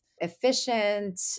efficient